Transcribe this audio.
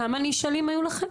כמה נשאלים היו לכם?